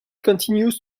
continues